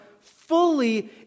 fully